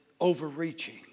overreaching